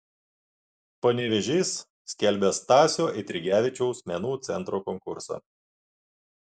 panevėžys skelbia stasio eidrigevičiaus menų centro konkursą